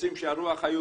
רוצים שה"רוח היהודית"?